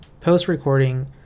Post-recording